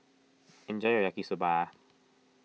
enjoy your Yaki Soba